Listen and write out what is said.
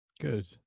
Good